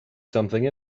something